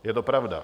Je to pravda.